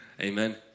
Amen